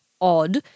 odd